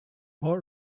more